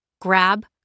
grab